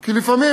כי לפעמים,